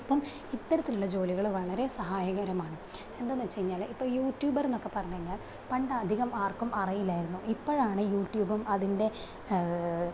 അപ്പം ഇത്തരത്തിലുള്ള ജോലികള് വളരെ സഹായകരമാണ് എന്താന്ന് വെച്ച് കഴിഞ്ഞാല് ഇപ്പോൾ യൂട്യൂബർ എന്നൊക്കെ പറഞ്ഞു കഴിഞ്ഞാൽ പണ്ട് അധികം ആർക്കും അറിയില്ലായിരുന്നു ഇപ്പോഴാണ് യൂട്യൂബ്യും അതിൻ്റെ